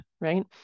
right